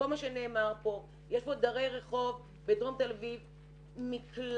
יש כאן דרי רחוב בדרום תל אביב מכלל